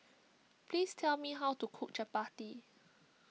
please tell me how to cook Chappati